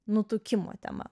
nutukimo tema